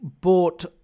bought